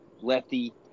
Lefty